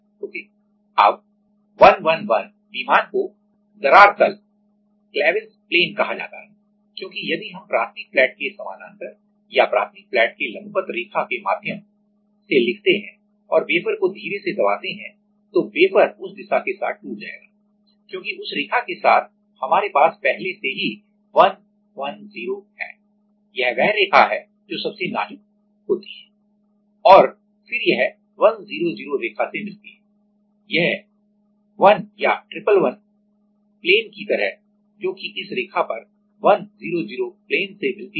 okay अब 111 विमान को दरार तल cleavage plane कहा जाता है क्योंकि यदि हम प्राथमिक फ्लैट के समानांतर या प्राथमिक फ्लैट के लंबवत रेखा के माध्यम से लिखते हैं और वेफर को धीरे से दबाते हैं तो वेफर उस रेखा के साथ टूट जाएगा क्योंकि उस रेखा के साथ हमारे पास पहले से ही 110 है यह वह रेखा है जो सबसे नाजुक fragile होती है और फिर यह 100 रेखा से मिलती है यह 1 या ट्रिपल 1 विमान की तरह जो कि इस रेखा पर 100 विमान से मिलती है